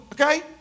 okay